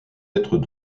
être